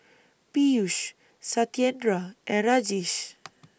Peyush Satyendra and Rajesh